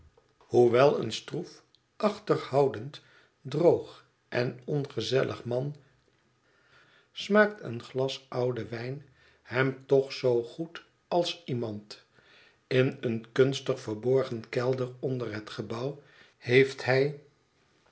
hoewel een stroef achterhoudend droog en ongezellig man smaakt een glas oude wijn hem toch zoo goed als iemand in een kunstig verborgen kelder onder het gebouw heett hij